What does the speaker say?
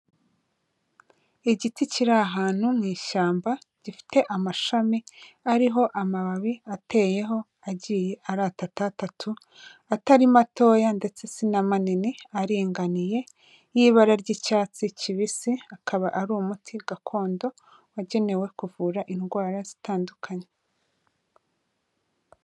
Igiti kiri ahantu mu ishyamba, gifite amashami ariho amababi ateyeho agiye ari atatu atatu, atari matoya ndetse si na manini, aringaniye, y'ibara ry'icyatsi kibisi, akaba ari umuti gakondo wagenewe kuvura indwara zitandukanye.